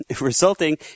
resulting